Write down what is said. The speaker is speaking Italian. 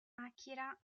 akira